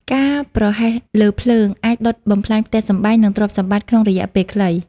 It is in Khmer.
ការប្រហែសលើភ្លើង អាចដុតបំផ្លាញផ្ទះសម្បែង និងទ្រព្យសម្បត្តិក្នុងរយៈពេលខ្លី។